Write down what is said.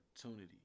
opportunity